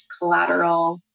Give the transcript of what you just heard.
collateral